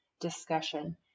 discussion